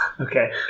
Okay